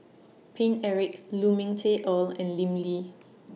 Paine Eric Lu Ming Teh Earl and Lim Lee